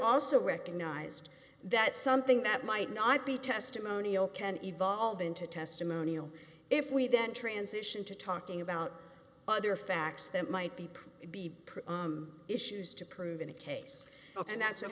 also recognized that something that might not be testimonial can evolve into a testimonial if we then transition to talking about other facts that might be proved to be issues to prove in a case and that's what